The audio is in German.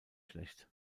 schlecht